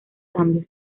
cambios